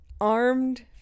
Armed